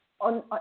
on